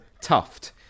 tuft